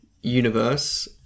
universe